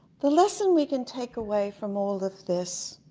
the lesson we can take away from all of this,